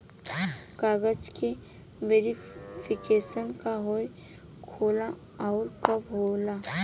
कागज के वेरिफिकेशन का हो खेला आउर कब होखेला?